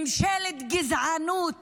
ממשלת גזענות